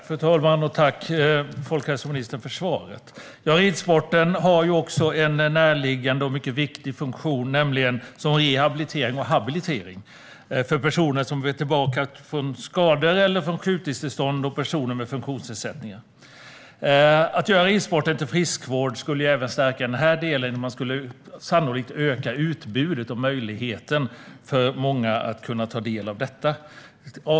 Fru talman! Tack, folkhälsoministern, för svaret! Ja, ridsporten har också en närliggande och viktig funktion, nämligen som rehabilitering och habilitering för personer som vill komma tillbaka efter skador eller sjukdomstillstånd och för personer med funktionsnedsättningar. Att göra ridsporten till friskvård skulle även stärka denna del. Sannolikt skulle utbudet och möjligheten att kunna ta del av detta öka för många.